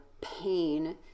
pain